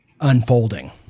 unfolding